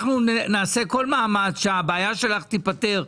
אנחנו נעשה כל מאמץ שהבעיה שלך תיפתר.